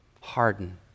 harden